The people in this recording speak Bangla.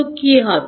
তো কী হবে